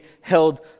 held